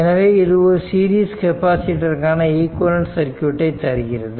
எனவே இது சீரிஸ் கெப்பாசிட்டருக்கான ஈக்விலன்ட் சர்க்யூட்டை தருகிறது